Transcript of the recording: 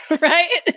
Right